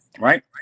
right